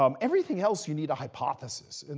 um everything else, you need a hypothesis. and